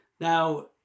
Now